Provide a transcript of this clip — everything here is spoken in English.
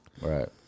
Right